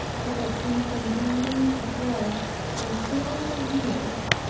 who had been contending at law for several years,